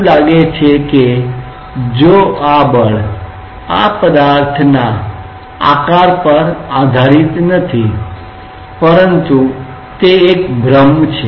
એવું લાગે છે કે બળ આ પદાર્થના આકાર પર આધારીત નથી પરંતુ તે એક ભ્રમ છે